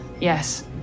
yes